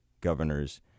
governor's